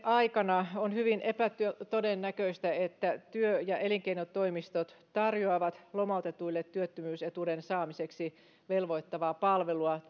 aikana on hyvin epätodennäköistä että työ ja elinkeinotoimistot tarjoavat lomautetuille työttömyysetuuden saamiseksi velvoittavaa palvelua